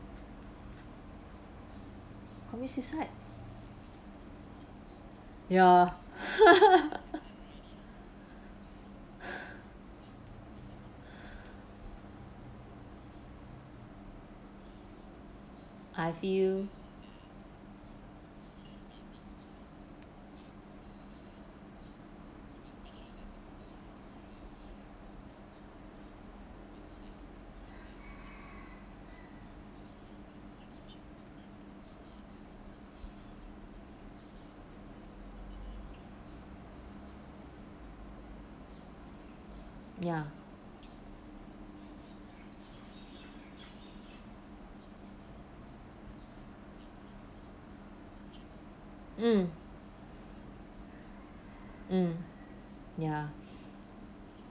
commit sucide ya I feel ya mm mm ya